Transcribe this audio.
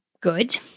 good